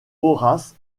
horace